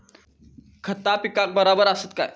खता पिकाक बराबर आसत काय?